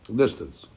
distance